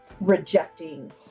rejecting